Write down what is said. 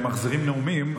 הם ממחזרים נאומים,